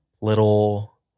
little